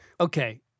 Okay